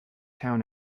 town